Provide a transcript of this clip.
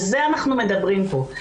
על זה אנחנו מדברים פה,